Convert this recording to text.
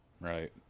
Right